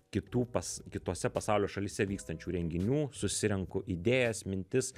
kitų pas kitose pasaulio šalyse vykstančių renginių susirenku idėjas mintis